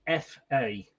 fa